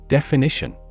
Definition